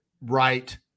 right